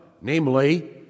namely